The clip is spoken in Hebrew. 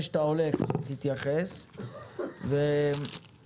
נרצה את התייחסותך לכך, אדוני השר.